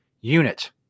unit